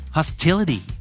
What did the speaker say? Hostility